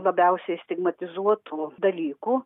labiausiai stigmatizuotų dalykų